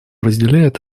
разделяет